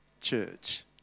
church